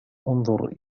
أنظر